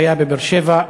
שהיה בבאר-שבע,